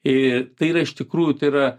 ė tai yra iš tikrųjų tai yra